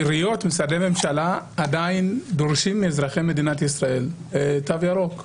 עיריות ומשרדי ממשלה עדיין דורשים מאזרחי מדינת ישראל תו ירוק.